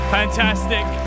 fantastic